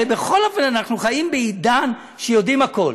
הרי בכל אופן אנחנו חיים בעידן שיודעים הכול.